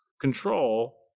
control